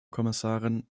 kommissarin